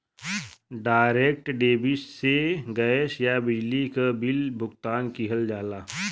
direct debit से gas या बिजली क बिल भुगतान किहल जाला